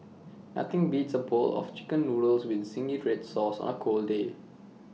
nothing beats A bowl of Chicken Noodles with Zingy Red Sauce on A cold day